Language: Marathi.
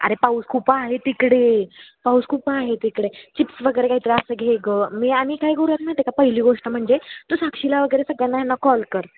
अरे पाऊस खूप आहे तिकडे पाऊस खूप आहे तिकडे चिप्स डमपगजे़ वगैरे काही तरी असं घे गं मी आणि काय करूयात माहिती आहे का पहिली गोष्ट म्हणजे तू साक्षीला वगैरे सगळ्यांना ह्यांना कॉल कर